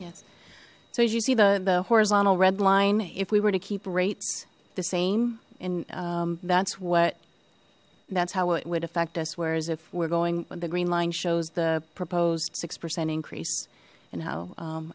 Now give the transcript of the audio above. you so as you see the the horizontal red line if we were to keep rates the same and that's what that's how it would affect us whereas if we're going with the green line shows the proposed six percent increase and how